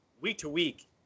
Week-to-week